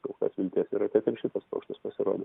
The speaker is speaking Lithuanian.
kol kas vilties yra kad šitas paukštis pasirodys